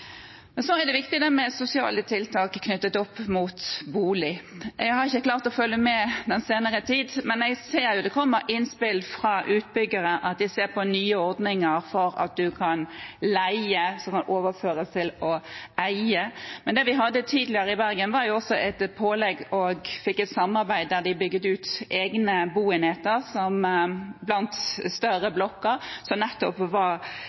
men jeg ser jo at det kommer innspill fra utbyggere om at de ser på nye ordninger for å leie, som kan overføres til at en kan eie. Men det vi hadde tidligere i Bergen, var et pålegg om å få et samarbeid der vi bygde ut egne boenheter blant større blokker som nettopp var